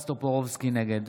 נגד